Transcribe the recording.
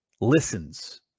listens